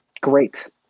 great